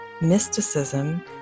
mysticism